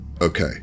okay